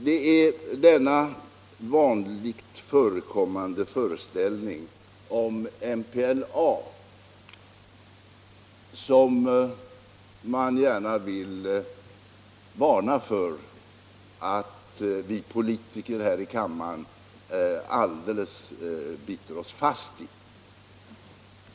Det är denna vanligt förekommande föreställning om MPLA som jag vill varna för att vi politiker här i kammararen alldeles biter oss fast vid.